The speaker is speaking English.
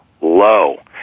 low